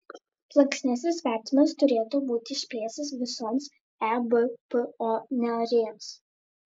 palankesnis vertinimas turėtų būti išplėstas visoms ebpo narėms